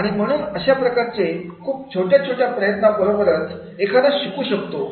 आणि म्हणून अशा प्रकारचे खूप छोट्या छोट्या प्रयत्नांबरोबरच एखादा शिकू शकतो